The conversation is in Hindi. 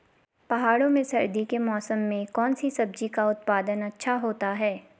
पहाड़ों में सर्दी के मौसम में कौन सी सब्जी का उत्पादन अच्छा होता है?